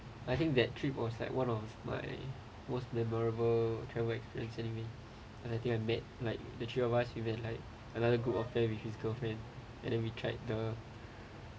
I think that trip was like one of my most memorable travel experience anyway and I think I made like the three of us within like another group of friend with his girlfriend and then we tried the